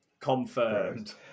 confirmed